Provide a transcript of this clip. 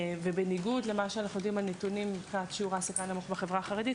בניגוד למה שאנחנו יודעים מבחינת שיעור ההעסקה הנמוך בחברה החרדית,